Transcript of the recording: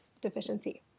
deficiency